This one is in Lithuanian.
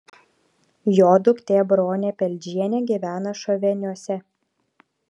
jo duktė bronė peldžienė gyvena šoveniuose